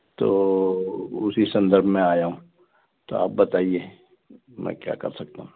तो उसी संदर्भ में आया हूँ तो आप बताइए मैं क्या कर सकता हूँ